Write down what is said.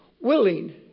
Willing